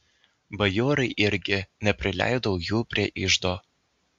bajorai irgi neprileidau jų prie iždo